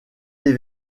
des